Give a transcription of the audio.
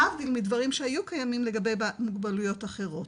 להבדיל מדברים שהיו קיימים לגבי מוגבלויות אחרות,